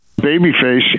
Babyface